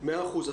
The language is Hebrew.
מאה אחוז.